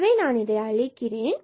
எனவே இதை நான் அழிக்கிறேன்